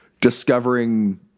discovering